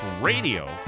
Radio